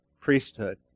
priesthood